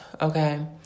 okay